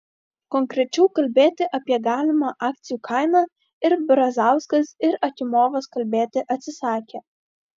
konkrečiau kalbėti apie galimą akcijų kainą ir brazauskas ir akimovas kalbėti atsisakė